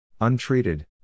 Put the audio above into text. Untreated